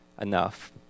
enough